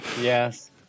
Yes